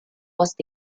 was